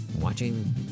watching